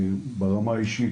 ברמה האישית,